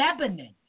Lebanon